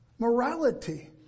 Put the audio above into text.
Morality